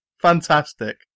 fantastic